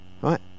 right